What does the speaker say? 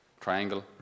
triangle